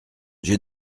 j’ai